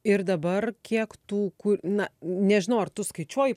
ir dabar kiek tų ku na nežinau ar tu skaičiuoji